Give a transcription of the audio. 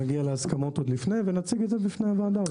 נגיע להסכמות עוד לפני ונציג את זה בפני הוועדה.